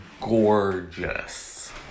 gorgeous